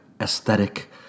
aesthetic